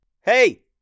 Hey